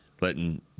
letting